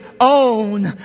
own